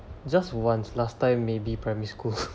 just once last time maybe primary school